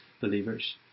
believers